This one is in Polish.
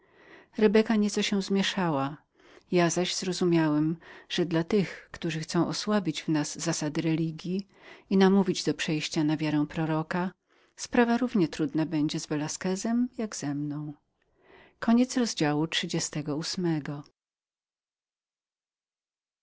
rebeka nieco się zmieszała ja zaś zrozumiałem że dla chcących osłabić w nas zasady religji i namówić do przejścia na wiarę proroka sprawa równie trudną a raczej niepodobną będzie z velasquezem jak i ze mną